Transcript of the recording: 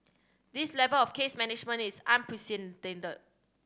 this level of case management is unprecedented